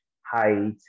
height